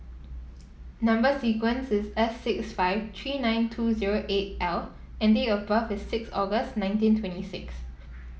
number sequence is S six five three nine two zero eight L and date of birth is six August nineteen twenty six